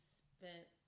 spent